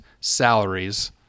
salaries